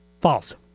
False